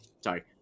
Sorry